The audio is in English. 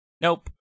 Nope